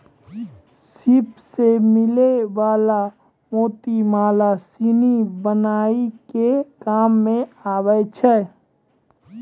सिप सें मिलै वला मोती माला सिनी बनाय के काम में आबै छै